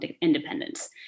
independence